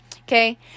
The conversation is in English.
okay